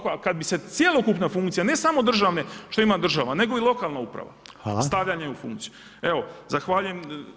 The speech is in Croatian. Kad bi se cjelokupna funkcija, ne samo državne, što ima država, nego i lokalna uprava stavljanja u funkciju [[Upadica Reiner: Hvala.]] Evo zahvaljujem.